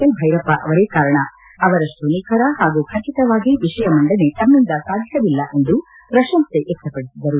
L Bhyrappa ಅವರೇ ಕಾರಣ ಅವರಷ್ಟು ನಿಖರ ಹಾಗೂ ಖಟಿತವಾಗಿ ವಿಷಯ ಮಂಡನೆ ತಮ್ಮಂದ ಸಾಧ್ಯವಿಲ್ಲ ಎಂದು ಪ್ರಶಂಸೆ ವ್ಯಕ್ತಪಡಿಸಿದರು